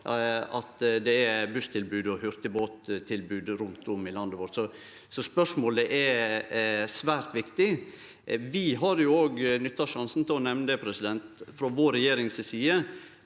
at det er busstilbod og hurtigbåttilbod rundt om i landet vårt. Så spørsmålet er svært viktig. Vi har òg nytta sjansen til å nemne det frå regjeringa si